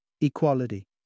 equality